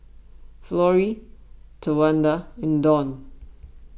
Florie Tawanda and Dawn